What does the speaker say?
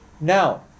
Now